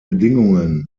bedingungen